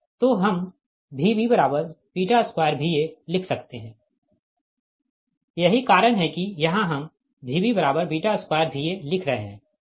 तो हम Vb2Va लिख सकते है यही कारण है कि यहाँ हम Vb2Va लिख रहे है